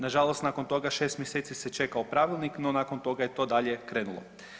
Nažalost, nakon toga 6 mjeseci se čekao pravilnik, no nakon toga je to dalje krenulo.